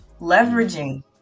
leveraging